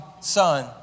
son